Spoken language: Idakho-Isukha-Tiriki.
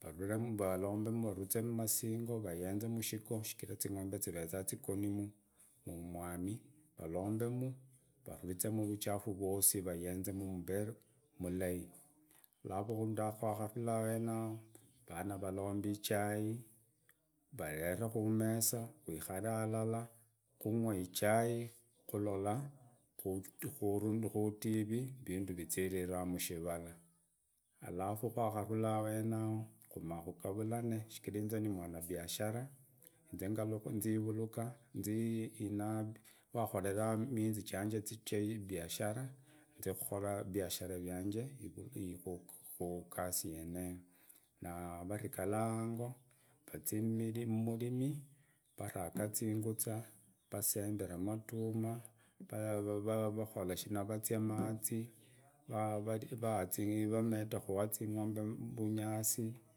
vabure varembemu vatizamu amasingu chigara izingombe zeveza zigonomu mumwami varombe vatizimu vichafu vwasi mumbeye vurahi alafu kwakatura ahene yao avana varombe ichai varete komesa kwikare harara kunywa ichai kororo ku tv ivindu vizilila mkuvala alafu kwakatura aheno yao kumakugavulane chigara inze ni umwanabiashara nzie wangalo ibishara nze kokora ibiashara vyange kugasi yeneyo na vatigara hango vazie muririme vataga izunguza vasembera amaduma vazia amaze vameda kuha izingombe uvunyasi.